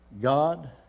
God